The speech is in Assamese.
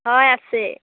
হয় আছে